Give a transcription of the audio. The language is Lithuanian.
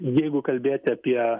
jeigu kalbėti apie